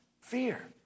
Fear